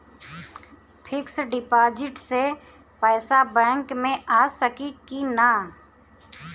Fix deposit से पैसा back मे आ सकी कि ना?